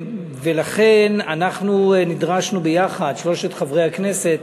ולכן, אנחנו נדרשנו ביחד, שלושת חברי הכנסת,